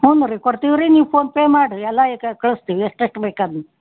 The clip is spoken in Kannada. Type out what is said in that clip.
ಹ್ಞೂ ರೀ ಕೊಡ್ತೀವಿ ರೀ ನೀವು ಫೋನ್ಪೇ ಮಾಡಿರಿ ಎಲ್ಲ ಕಳ್ಸ್ತೀವಿ ಎಷ್ಟೆಷ್ಟು ಬೇಕು ಅದ್ನ